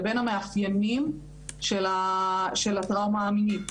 לבין המאפיינים של הטראומה המינית